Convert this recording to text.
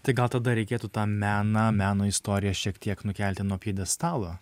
tai gal tada reikėtų tą meną meno istoriją šiek tiek nukelti nuo pjedestalo